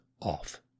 off